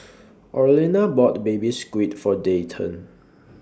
Orlena bought Baby Squid For Dayton